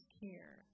care